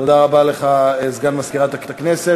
תודה רבה לך, סגן מזכירת הכנסת.